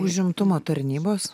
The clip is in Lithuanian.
užimtumo tarnybos